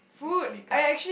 it's makeup